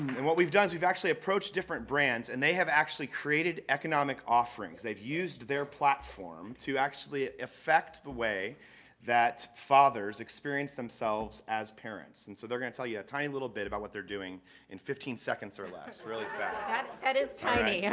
and what we've done is we've actually approached different brands and they have actually created economic offerings. they've used their platform to actually affect the way that fathers experience themselves as parents. and so they're going to tell you a tiny little bit about what they're doing in fifteen seconds or less. really fast. lori that is tiny, yeah